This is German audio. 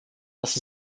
dass